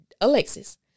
Alexis